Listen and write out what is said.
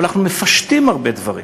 אבל אנחנו מפשטים הרבה דברים.